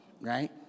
right